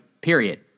Period